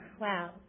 Wow